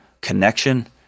connection